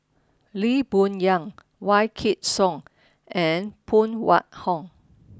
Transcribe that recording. Lee Boon Yang Wykidd Song and Phan Wait Hong